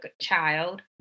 child